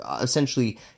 essentially